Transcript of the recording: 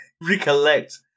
recollect